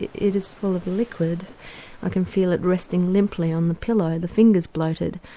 it is full of liquid i can feel it resting limply on the pillow, the fingers bloated.